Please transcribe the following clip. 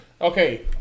okay